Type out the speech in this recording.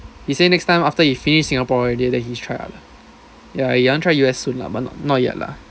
he say next time after he finished singapore already then he try others ya he want to try U_S soon lah but not not yet lah